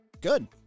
Good